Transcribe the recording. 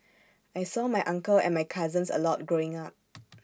I saw my uncle and my cousins A lot growing up